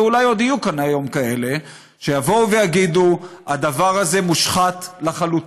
ואולי עוד יהיו כאן היום כאלה שיגידו: הדבר הזה מושחת לחלוטין,